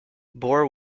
bore